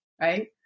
Right